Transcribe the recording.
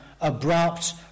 abrupt